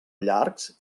llargs